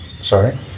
Sorry